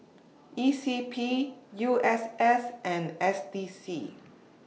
E C P U S S and S D C